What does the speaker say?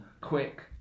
quick